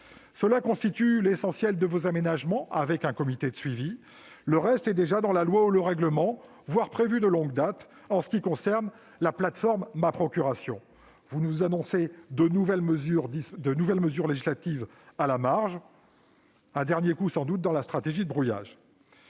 Cela constitue pourtant l'essentiel de vos aménagements, avec un comité de suivi. Le reste figure déjà dans la loi ou le règlement, voire est prévu de longue date- je pense notamment à la plateforme Ma Procuration. Vous nous annoncez de nouvelles mesures législatives à la marge- un dernier coup, sans doute, dans votre stratégie de brouillage.